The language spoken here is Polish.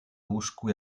łóżku